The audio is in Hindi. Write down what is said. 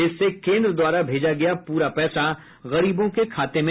इससे केन्द्र द्वारा भेजा गया पूरा पैसा गरीबों के खाते में जाता है